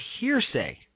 hearsay